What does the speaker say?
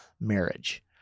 marriage